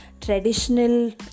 traditional